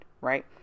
right